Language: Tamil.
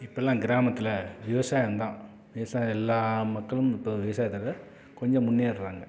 இப்பெல்லாம் கிராமத்தில் விவசாயம் தான் விவசாயம் எல்லா மக்களும் இப்போ விவசாயத்தால் கொஞ்சம் முன்னேர்றாங்க